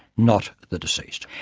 not the deceased.